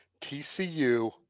TCU